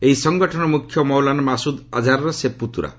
ଏହି ସଂଗଠନର ମୁଖ୍ୟ ମୌଲନା ମାସୁଦ୍ ଆଝାର୍ର ସେ ପୁତ୍ତୁରା